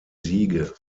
siege